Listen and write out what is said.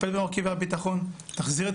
טפל במרכיבי הביטחון,